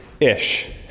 ish